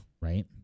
Right